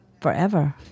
forever